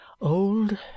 old